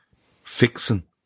fixing